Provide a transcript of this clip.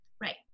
Right